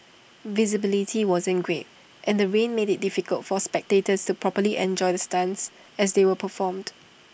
visibility wasn't great and the rain made IT difficult for spectators to properly enjoy the stunts as they were performed